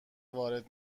وارد